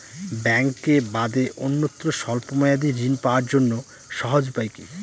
ব্যাঙ্কে বাদে অন্যত্র স্বল্প মেয়াদি ঋণ পাওয়ার জন্য সহজ উপায় কি?